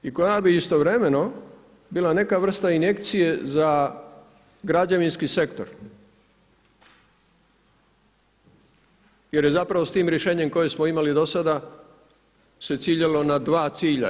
I koja bi istovremeno bila neka vrsta injekcije za građevinski sektor, jer je zapravo s tim rješenjem kojeg smo imali do sada se ciljalo na dva cilja.